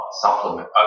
Supplement